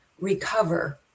recover